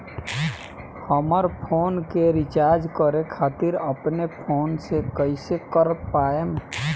हमार फोन के रीचार्ज करे खातिर अपने फोन से कैसे कर पाएम?